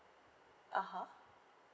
uh (huh)